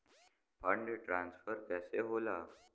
Fund transfer कैसे होला?